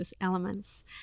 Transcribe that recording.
elements